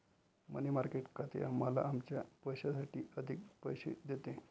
मनी market खाते आम्हाला आमच्या पैशासाठी अधिक पैसे देते